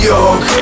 York